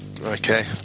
okay